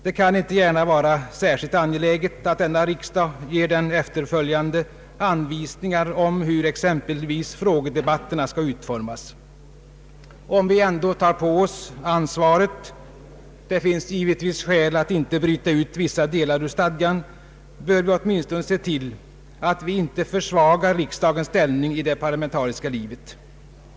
Det kan inte gärna vara särskilt angeläget att denna riksdag ger den efterföljande anvisningar om hur exempelvis frågedebatterna skall utformas. Om vi ändå tar på oss det ansvaret — det finns givetvis skäl att inte bryta ut vissa delar ur stadgan — bör vi åtminstone se till att vi inte försvagar riksdagens ställning i det parlamentariska livet.